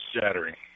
shattering